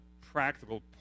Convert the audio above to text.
practical